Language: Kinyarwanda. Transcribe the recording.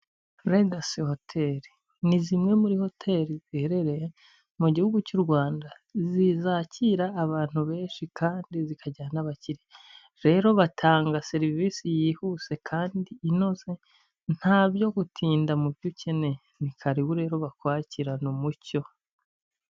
Legasi hoteli ni zimwe muri hoteli ziherereye mu gihugu cy'u Rwanda zizakira abantu benshi kandi zikajyana' abaki rero batanga serivisi yihuse kandi inoze nta byo gutinda mu byo ukeneye ni karibure bakwakirana umucyo.